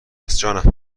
است